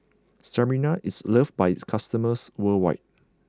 Sterimar is loved by its customers worldwide